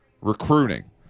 recruiting